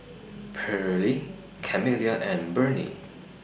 Perley Camilla and Bernie